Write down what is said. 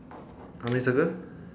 how many circle